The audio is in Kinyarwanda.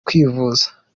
kwivuza